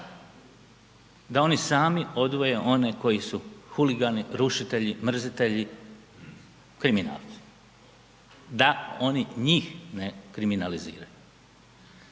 da oni sami odvoje one koji su huligani, rušitelji, mrzitelji, kriminalci. Da oni njih ne kriminaliziraju,